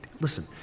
Listen